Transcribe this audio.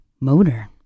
Motor